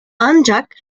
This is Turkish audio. ancak